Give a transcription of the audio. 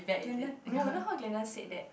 glendon no you know how glendon said that